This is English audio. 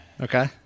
Okay